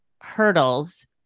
hurdles